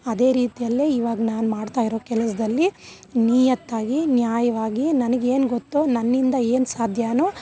ಅದೇ ರೀತಿಯಲ್ಲೇ ಇವಾಗ ನಾನು ಮಾಡ್ತಾಯಿರೋ ಕೆಲಸದಲ್ಲಿ ನಿಯತ್ತಾಗಿ ನ್ಯಾಯವಾಗಿ ನನಗೇನು ಗೊತ್ತೋ ನನ್ನಿಂದ ಏನು ಸಾಧ್ಯವೋ